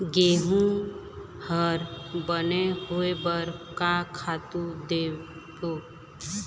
गेहूं हर बने होय बर का खातू देबो?